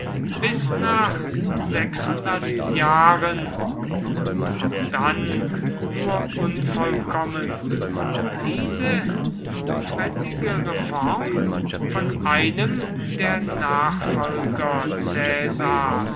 bis nach sechshundert jahren und auch dann nur unvollkommen diese notwendige reform von einem der nachfolger